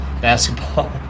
basketball